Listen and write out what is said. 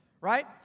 Right